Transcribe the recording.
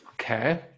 Okay